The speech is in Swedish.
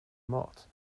mat